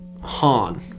Han